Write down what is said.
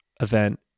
event